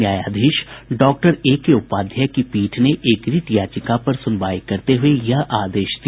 न्यायाधीश डॉक्टर अनिल कुमार उपाध्याय की पीठ ने एक रिट याचिका पर सुनवाई करते हुये यह आदेश दिया